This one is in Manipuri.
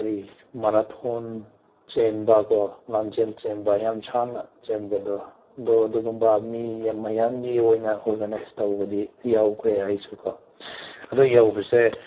ꯀꯔꯤ ꯃꯔꯥꯊꯣꯟ ꯆꯦꯟꯕꯀꯣ ꯂꯝꯖꯦꯟ ꯆꯦꯟꯕ ꯌꯥꯝ ꯁꯥꯟꯅ ꯆꯦꯟꯕꯗꯣ ꯑꯗꯣ ꯑꯗꯨꯒꯨꯝꯕ ꯃꯤ ꯃꯌꯥꯝꯒꯤ ꯑꯣꯏꯅ ꯑꯣꯒꯥꯅꯥꯏꯖ ꯇꯧꯕꯗꯤ ꯌꯥꯎꯈ꯭ꯔꯦ ꯑꯩꯁꯨꯀꯣ ꯑꯗꯨ ꯌꯥꯎꯕꯁꯦ